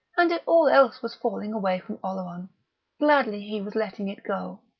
and if all else was falling away from oleron, gladly he was letting it go.